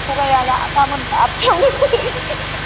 थगाया गाबोन आठथायावनो फै